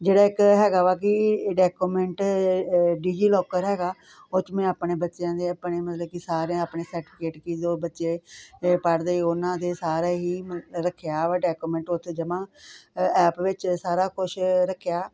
ਜਿਹੜਾ ਇੱਕ ਹੈਗਾ ਵਾ ਕਿ ਡਾਕੂਮੈਂਟ ਡਿਜੀਲੋਕਰ ਹੈਗਾ ਉਹ 'ਚ ਮੈਂ ਆਪਣੇ ਬੱਚਿਆਂ ਦੇ ਆਪਣੇ ਮਤਲਬ ਕਿ ਸਾਰੇ ਆਪਣੇ ਸਰਟੀਫਿਕੇਟ ਕੀ ਜੋ ਬੱਚੇ ਪੜ੍ਹਦੇ ਉਹਨਾਂ ਦੇ ਸਾਰੇ ਹੀ ਮ ਰੱਖਿਆ ਵਾ ਡਾਕੂਮੈਂਟ ਉੱਥੇ ਜਮ੍ਹਾਂ ਐਪ ਵਿੱਚ ਸਾਰਾ ਕੁਝ ਰੱਖਿਆ